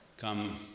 come